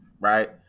right